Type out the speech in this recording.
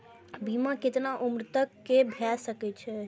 बीमा केतना उम्र तक के भे सके छै?